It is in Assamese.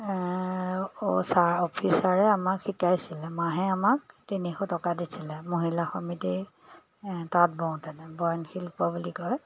অঁ ছাৰ অফিচাৰে আমাক শিকাইছিলে মাহে আমাক তিনিশ টকা দিছিলে মহিলা সমিতি তাঁত বওঁতেনে বয়নশিল্প বুলি কয়